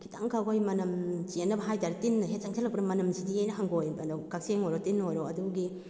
ꯈꯤꯇꯪꯈꯛ ꯑꯩꯈꯣꯏ ꯃꯅꯝ ꯆꯦꯟꯅꯕ ꯍꯥꯏꯇꯥꯔꯦ ꯇꯤꯟꯅ ꯍꯦꯛ ꯆꯪꯁꯜꯂꯛꯄꯗ ꯃꯅꯝꯁꯤꯗꯤꯑꯅ ꯍꯪꯒꯣꯏꯕꯗꯣ ꯀꯛꯆꯦꯡ ꯑꯣꯏꯔꯣ ꯇꯤꯟ ꯑꯣꯏꯔꯣ ꯑꯗꯨꯒꯤ